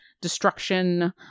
destruction